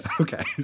Okay